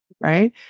Right